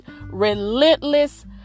relentless